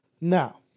Now